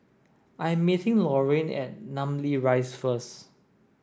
I am meeting Lorraine at Namly Rise first